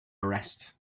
arrest